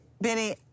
Benny